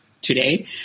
Today